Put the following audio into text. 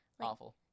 awful